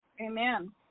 Amen